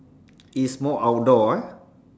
is more outdoor eh